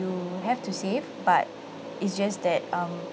you have to save but it's just that um